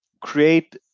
create